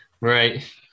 Right